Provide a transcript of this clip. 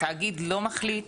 התאגיד לא מחליט